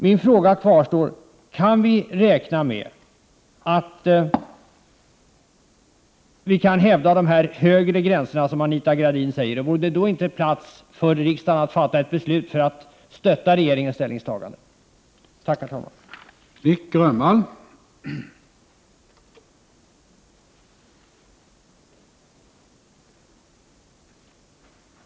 Min fråga kvarstår: Kan vi räkna med att vi kan | hävda de högre gränsvärden som Anita Gradin talar om? Vore det då inte lämpligt att riksdagen fattade ett beslut för att stötta regeringens ställningstagande? Tack, herr talman!